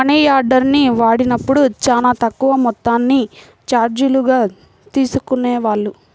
మనియార్డర్ని వాడినప్పుడు చానా తక్కువ మొత్తాన్ని చార్జీలుగా తీసుకునేవాళ్ళు